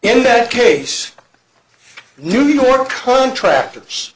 in that case new york contractors